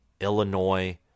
Illinois